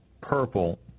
purple